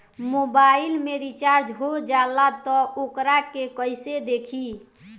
Mobile में recharge हो जाला त वोकरा के कइसे देखी?